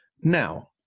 Now